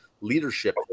leadership